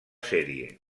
sèrie